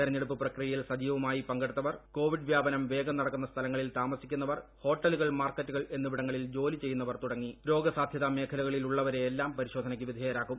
തെരഞ്ഞെടുപ്പ് പ്രക്രിയയിൽ സജീവമായി പങ്കെടുത്തവർ കോവിഡ് വ്യാപനം വേഗം നടക്കുന്ന സ്ഥലങ്ങളിൽ താമസിക്കുന്നവർ ഹോട്ടലുകൾ മാർക്കറ്റുകൾ എന്നിവിടങ്ങളിൽ ജോലി ചെയ്യുന്നവർ തുടങ്ങീ രോഗസാധൃതാ മേഖലകളിലുള്ളവരെയെല്ലാം പരിശോധനയ്ക്ക് വിധേയരാക്കും